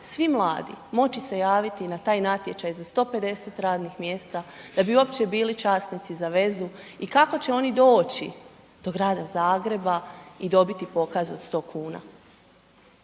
svi mladi moći se javiti na taj natječaj za 150 radnih mjesta da bi uopće bili časnici za vezu i kako će oni doći do grada Zagreba i dobiti pokaz od 100 kuna?